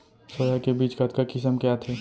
Soya के बीज कतका किसम के आथे?